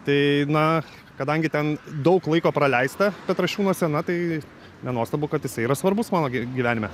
tai na kadangi ten daug laiko praleista petrašiūnuose na tai nenuostabu kad jisai yra svarbus mano gy gyvenime